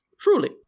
Truly